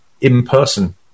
in-person